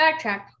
Backtrack